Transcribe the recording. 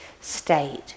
state